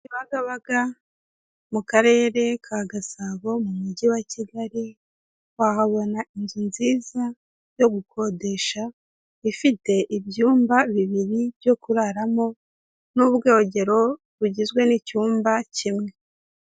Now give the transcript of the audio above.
Kibagabaga mu karere ka Gasabo mu mujyi wa Kigali, wahabona inzu nziza yo gukodesha ifite ibyumba bibiri byo kuraramo n'ubwogero bugizwe n'icyumba kimwe.